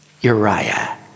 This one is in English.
Uriah